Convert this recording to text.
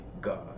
God